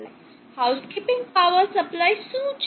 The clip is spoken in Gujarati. હાઉસકીપિંગ પાવર સપ્લાય શું છે